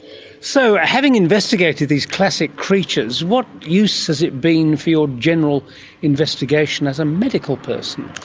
so having investigated these classic creatures, what use has it been for your general investigation as a medical person?